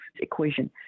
equation